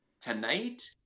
tonight